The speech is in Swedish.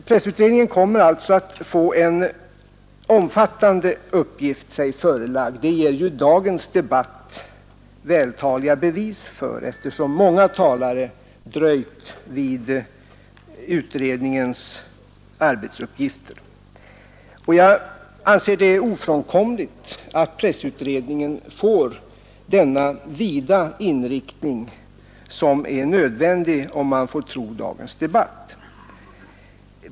Pressutredningen kommer alltså att få en omfattande uppgift sig förelagd — det har dagens debatt gett vältaliga bevis för. Påfallande många talare har f. ö. dröjt vid utredningens arbetsuppgifter. Jag anser det ofrånkomligt att pressutredningen får denna vida inriktning.